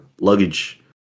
luggage